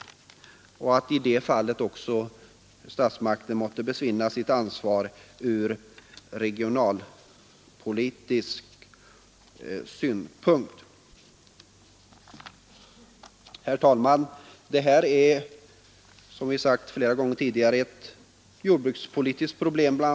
Statsmakterna måste i det fallet också besinna sitt ansvar från regionalpolitisk synpunkt. Herr talman! Som vi flera gånger tidigare har sagt är detta inte bara ett jordbrukspolitiskt problem.